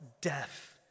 death